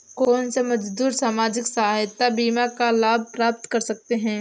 कौनसे मजदूर सामाजिक सहायता बीमा का लाभ प्राप्त कर सकते हैं?